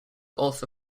also